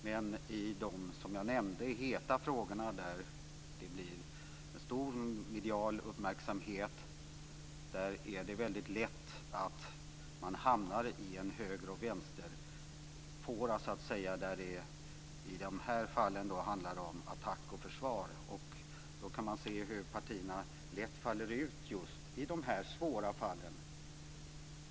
Men i de heta frågorna, där det blir en stor medial uppmärksamhet, är det väldigt lätt att hamna i en höger eller vänsterfåra, där det i de här fallen handlar om attack och försvar. Man kan se hur partierna lätt faller ut så just i de här svåra fallen.